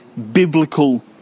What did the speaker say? biblical